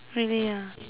really ah